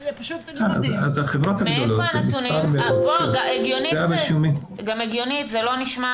אז החברות הגדולות --- גם הגיונית זה לא נשמע